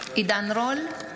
עידן רול,